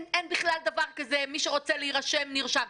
מי שרוצה להירשם, נרשם.